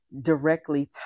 directly